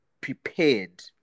prepared